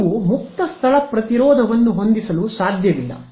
ನೀವು ಮುಕ್ತ ಸ್ಥಳ ಪ್ರತಿರೋಧವನ್ನು ಹೊಂದಿಸಲು ಸಾಧ್ಯವಿಲ್ಲ